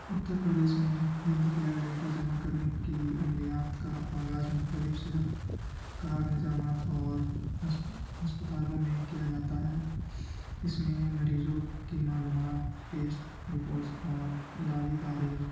اتر پردیس میں health care data جمع کرنے کی عملیات کا آغاز مختلف صحت کار نظامات اور ہسپتالوں میں کیا جاتا ہے اس میں مریضوں کی معلومات ٹیسٹ رپورٹس اور علاجی تاریخ